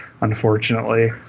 unfortunately